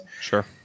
Sure